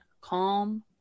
calm